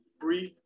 brief